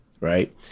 Right